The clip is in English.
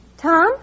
Tom